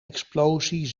explosie